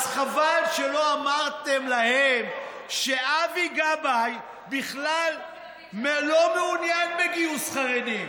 אז חבל שלא אמרתם להם שאבי גבאי בכלל לא מעוניין בגיוס חרדים.